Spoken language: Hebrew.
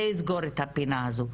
זה יסגור את הפינה הזו.